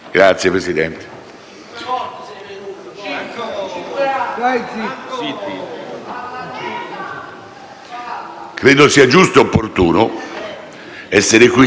Credo sia giusto e opportuno essere qui per rispondere, spiegare e chiarire.